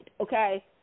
okay